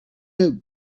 oak